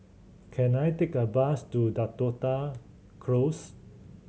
can I take a bus to Dakota Close